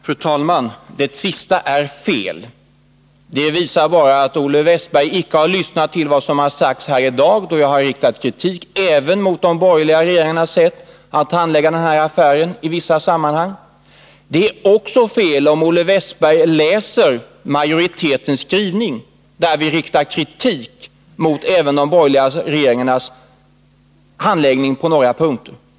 Fru talman! Det sista är fel. Det visar bara att Olle Wästberg inte har lyssnat på vad jag har sagt här i dag, då jag har riktat kritik även mot de borgerliga regeringarnas sätt att handlägga den här affären. Om Olle Wästberg läser majoritetens skrivning skall han också finna att vi där på några punkter riktar kritik mot även de borgerliga regeringarnas handläggning av affären.